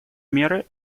меры